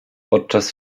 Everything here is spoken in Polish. podczas